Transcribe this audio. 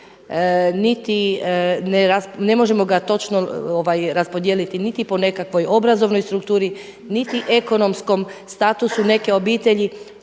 niti ne možemo ga točno raspodijeliti niti po nekakvoj obrazovnoj strukturi, niti ekonomskom statusu neke obitelji.